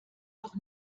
doch